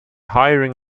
hiring